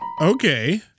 Okay